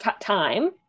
time